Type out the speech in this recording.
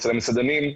אצל המסעדנים,